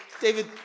David